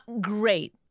great